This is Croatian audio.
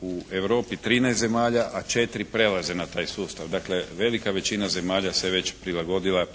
U Europi 13 zemalja a 4 prelaze na taj sustav. Dakle, velika većina zemalja se već prilagodila